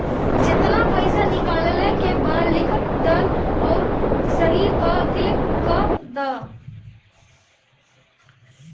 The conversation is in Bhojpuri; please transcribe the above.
जेतना पइसा निकाले के बा लिख दअ अउरी सही पअ क्लिक कअ दअ